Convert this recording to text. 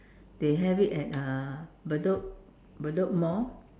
they have it at uh Bedok Bedok Mall